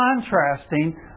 contrasting